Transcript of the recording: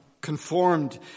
conformed